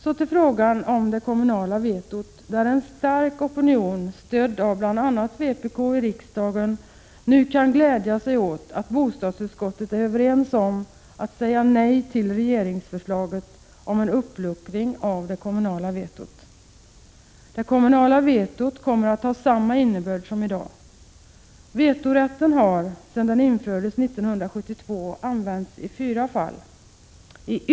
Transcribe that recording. Så till frågan om det kommunala vetot, där en stark opinion stödd av bl.a. vpk i riksdagen nu kan glädja sig åt att bostadsutskottet är överens om att säga nej till regeringsförslaget om en uppluckring av det kommunala vetot. Det kommunala vetot kommer att ha samma innebörd som i dag. Vetorätten har sedan den infördes 1972 använts i fyra fall. I ytterligare fall 151 Prot.